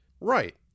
Right